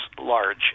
large